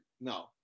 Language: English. no